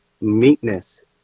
meekness